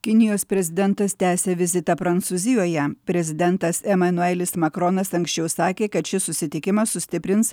kinijos prezidentas tęsia vizitą prancūzijoje prezidentas emanuelis makronas anksčiau sakė kad šis susitikimas sustiprins